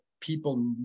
people